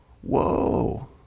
Whoa